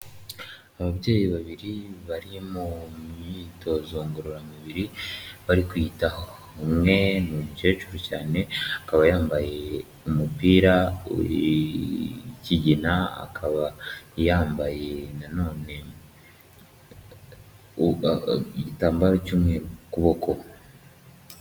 Ababyeyi babiri bari mu myitozo ngororamubiri, bari kwiyitaho. Umwe umukecuru cyane akaba yambaye umupira w'ikigina akaba yambaye none igitambaro cy'umweru kuboko.